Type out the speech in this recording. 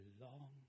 long